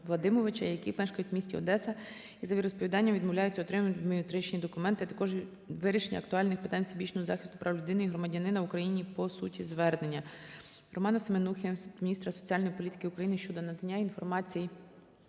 Вадимовича, які мешкають у місті Одеса, і за віросповіданням відмовляються отримувати біометричні документи, а також вирішення актуальних питань всебічного захисту прав людини і громадянина в Україні по суті звернення. Романа Семенухи до міністра соціальної політики України щодо надання інформації